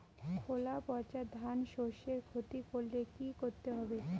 খোলা পচা ধানশস্যের ক্ষতি করলে কি করতে হবে?